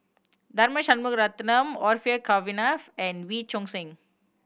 Tharman Shanmugaratnam Orfeur Cavenagh and Wee Choon Seng